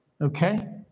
Okay